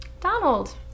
Donald